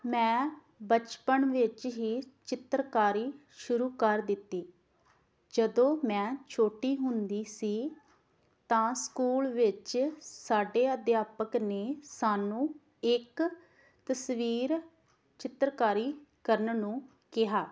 ਮੈਂ ਬਚਪਨ ਵਿੱਚ ਹੀ ਚਿੱਤਰਕਾਰੀ ਸ਼ੁਰੂ ਕਰ ਦਿੱਤੀ ਜਦੋਂ ਮੈਂ ਛੋਟੀ ਹੁੰਦੀ ਸੀ ਤਾਂ ਸਕੂਲ ਵਿੱਚ ਸਾਡੇ ਅਧਿਆਪਕ ਨੇ ਸਾਨੂੰ ਇੱਕ ਤਸਵੀਰ ਚਿੱਤਰਕਾਰੀ ਕਰਨ ਨੂੰ ਕਿਹਾ